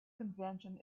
convention